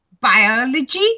biology